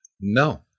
No